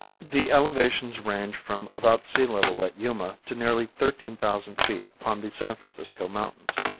the elevations range from about sea level at yuma to nearly thirteen thousand feet upon the san francisco mountains.